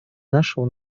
нашего